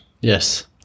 Yes